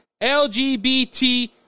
LGBT